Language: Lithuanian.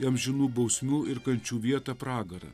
amžinų bausmių ir kančių vietą pragarą